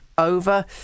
over